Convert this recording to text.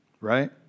right